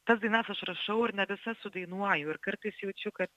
tas dainas aš rašau ir ne visas sudainuoju ir kartais jaučiu kad